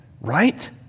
right